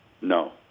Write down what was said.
No